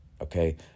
Okay